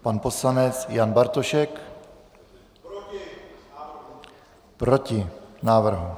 Pan poslanec Jan Bartošek: Proti návrhu.